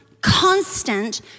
constant